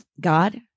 God